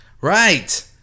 Right